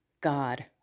God